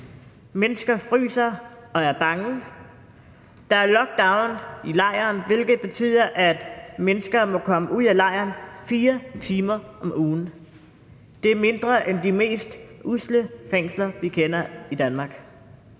Mennesker fryser og er bange. Der er lockdown i lejren, hvilket betyder, at mennesker må komme ud af lejren 4 timer om ugen – det er mindre end de mest usle fængsler, vi kender i Danmark.